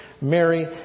Mary